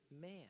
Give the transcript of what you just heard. man